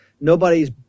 nobody's